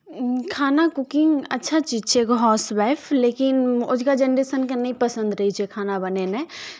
खाना कुकिंग अच्छा चीज छियै एगो हाउस वाइफ लेकिन अजुका जेनरेशनकेँ नहि पसन्द रहै छै खाना बनेनाय